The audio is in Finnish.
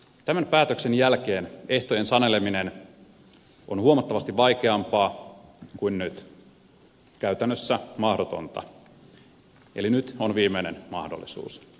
tämän päätöksen jälkeen ehtojen saneleminen on huomattavasti vaikeampaa kuin nyt käytännössä mahdotonta eli nyt on viimeinen mahdollisuus